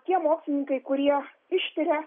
tie mokslininkai kurie ištiria